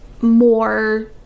more